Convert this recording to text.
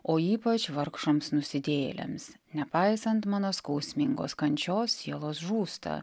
o ypač vargšams nusidėjėliams nepaisant mano skausmingos kančios sielos žūsta